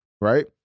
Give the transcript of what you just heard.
right